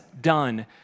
done